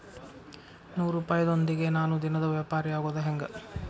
ನೂರುಪಾಯದೊಂದಿಗೆ ನಾನು ದಿನದ ವ್ಯಾಪಾರಿಯಾಗೊದ ಹೆಂಗ?